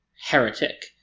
heretic